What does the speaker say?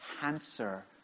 cancer